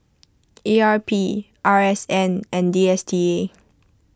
E R P R S N and D S T A